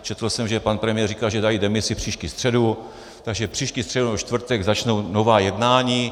Četl jsem, že pan premiér říkal, že dají demisi příští středu, takže příští středu nebo čtvrtek začnou nová jednání.